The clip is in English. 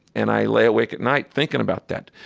and i lay awake at night thinking about that.